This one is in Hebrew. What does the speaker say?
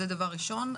זה הדבר הראשון.